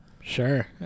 sure